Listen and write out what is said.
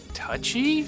touchy